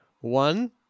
One